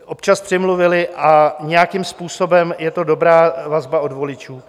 občas přimluvili a nějakým způsobem je to dobrá vazba od voličů.